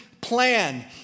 plan